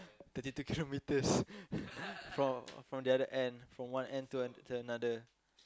thirty two kilometres from from the other end from one end to an~ to another